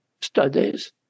studies